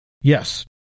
Yes